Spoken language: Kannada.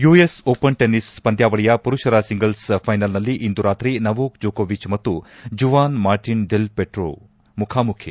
ಯುಎಸ್ ಓಪನ್ ಟೆನ್ನಿಸ್ ಪಂದ್ಲಾವಳಿಯ ಪುರುಷರ ಸಿಂಗಲ್ಸ್ ಫೈನಲ್ನಲ್ಲಿ ಇಂದು ರಾತ್ರಿ ನೋವೋಕ್ ಜೋಕೊವಿಚ್ ಮತ್ತು ಮವಾನ್ ಮಾರ್ಟನ್ ಡೆಲ್ ಪೊಟ್ರೋ ಮುಖಾಮುಖಿ